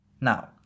Now